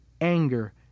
anger